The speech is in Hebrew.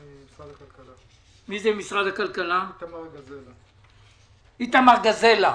בבקשה, איתמר גזלה,